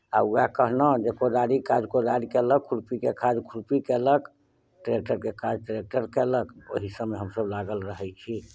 आ उएह कहलहुँ जे कोदारिक काज कोदारि कयलक खुरपीके काज खुरपी कयलक ट्रेक्टरके काज ट्रेक्टर कयलक ओहीसभमे हमसभ लागल रहैत छी